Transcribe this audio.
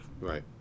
right